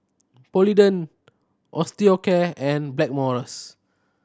Polident Osteocare and Blackmores